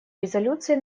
резолюции